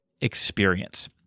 experience